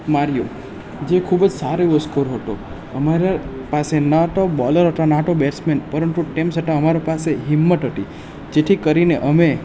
માર્યો જે ખૂબ જ સારો એવો સ્કોર હતો અમારા પાસે નહોતો બોલર નહોતો હતો બેટ્સમેન પરંતુ તેમ છતાં અમારા પાસે હિંમત હતી જેથી કરીને અમે